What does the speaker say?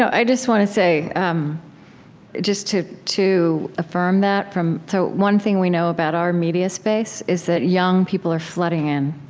i just want to say, um just to to affirm that so one thing we know about our media space is that young people are flooding in.